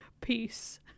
Peace